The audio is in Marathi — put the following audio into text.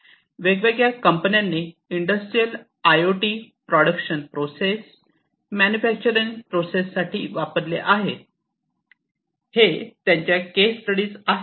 वेगवेगळ्या कंपन्यांनी industrial I O T production process manufacturing process साठी वापरले आहे हे त्यांच्या केस स्टडीज आहे